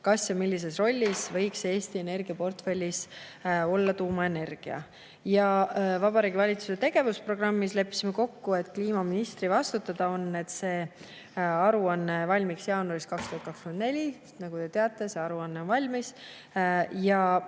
kas ja millises rollis võiks Eesti energiaportfellis olla tuumaenergia. Vabariigi Valitsuse tegevusprogrammis leppisime kokku, et kliimaministri vastutada on, et see aruanne valmiks jaanuaris 2024. Nagu te teate, see aruanne on valmis.